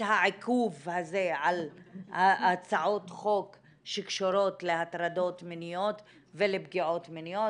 העיכוב הזה על הצעות חוק שקשורות להטרדות מיניות ולפגיעות מיניות